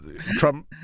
Trump